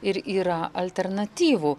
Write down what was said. ir yra alternatyvų